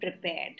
prepared